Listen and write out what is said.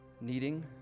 needing